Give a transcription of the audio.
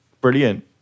brilliant